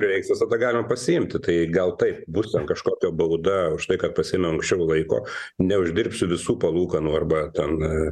prireiks visada galima pasiimti tai gal taip bus ten kažkokia bauda už tai kad pasiėmiau anksčiau laiko neuždirbsiu visų palūkanų arba ten